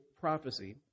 prophecy